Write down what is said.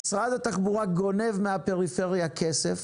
משרד התחבורה גונב מהפריפריה כסף